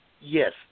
yes